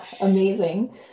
Amazing